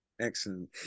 Excellent